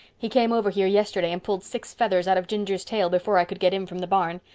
he came over here yesterday and pulled six feathers out of ginger's tail before i could get in from the barn.